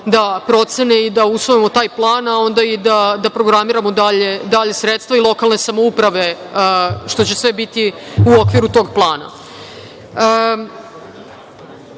da procene i da usvojimo taj plan, a onda i da programiramo dalje sredstava i lokalne samouprave, što će sve biti u okviru tog plana. Što